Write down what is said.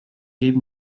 gave